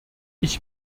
ich